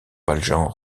valjean